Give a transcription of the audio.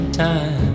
time